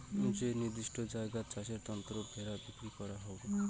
যেই নির্দিষ্ট জায়গাত চাষের তন্ন ভেড়া বিক্রি করাঙ হউ